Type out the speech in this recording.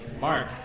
Mark